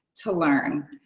to learn.